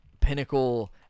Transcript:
pinnacle